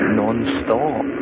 non-stop